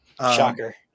Shocker